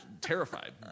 terrified